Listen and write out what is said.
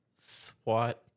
SWAT